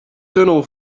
tunnel